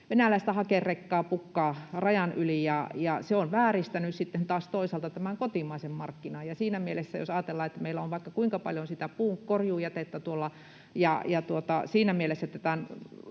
venäläistä hakerekkaa pukkaa rajan yli, ja se on taas toisaalta vääristänyt tämän kotimaisen markkinan. Siinä mielessä, jos ajatellaan, että meillä on vaikka kuinka paljon sitä puunkorjuujätettä ja nuoren metsän